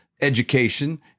education